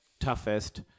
toughest